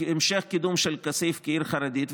להמשך קידום של כסיף כעיר חרדית,